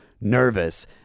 Nervous